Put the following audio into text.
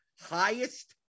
highest